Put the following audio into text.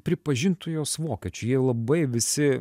pripažintų juos vokiečiai jie labai visi